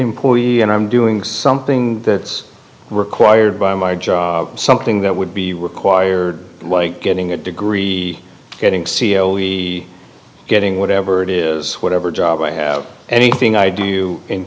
employee and i'm doing something that's required by a margin something that would be required like getting a degree getting scioli getting whatever it is whatever job i have anything i do in